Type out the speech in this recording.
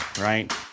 right